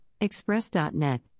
Express.net